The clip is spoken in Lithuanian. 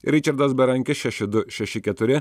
ričardas berankis šeši du šeši keturi